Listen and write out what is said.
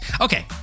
okay